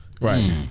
right